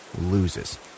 loses